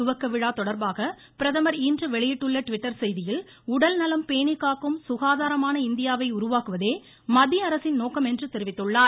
துவக்க விழா தொடர்பாக பிரதமர் இன்று வெளியிட்டுள்ள ட்விட்டர் செய்தியில் உடல் நலம் பேணி காக்கும் சுகாதாரமான இந்தியாவை உருவாக்குவதே மத்திய அரசின் நோக்கம் என்று தெரிவித்துள்ளார்